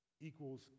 equals